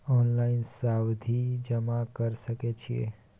Online सावधि जमा कर सके छिये?